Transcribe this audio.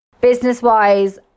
business-wise